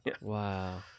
Wow